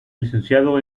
licenciado